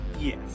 yes